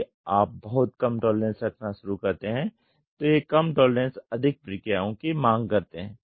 यदि आप बहुत कम टॉलरेंसेस रखना शुरू करते हैं तो ये कम टॉलरेंसेस अधिक प्रक्रियाओं की मांग करते है